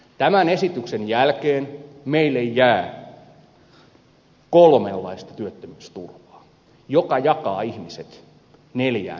tämän esityksen jälkeen meille jää kolmenlaista työttömyysturvaa joka jakaa ihmiset neljään ellei viiteen ryhmään